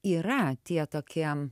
yra tie tokie